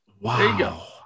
Wow